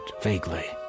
vaguely